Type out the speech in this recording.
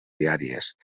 diàries